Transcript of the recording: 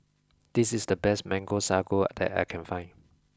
this is the best mango Sago that I can find